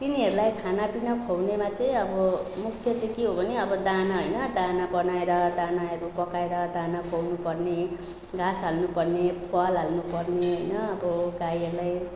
तिनीहरूलाई खानापिना खुवाउनेमा चाहिँ अब मुख्य चाहिँ के हो भने अब दाना होइन दाना बनाएर दानाहरू पकाएर दाना खुवाउनुपर्ने घाँस हाल्नुपर्ने पराल हाल्नुपर्ने होइन अब गाईहरूलाई